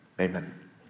amen